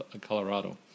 Colorado